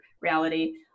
reality